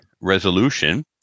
resolution